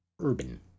urban